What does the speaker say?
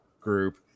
group